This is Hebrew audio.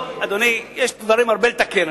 יש דברים הרבה לתקן,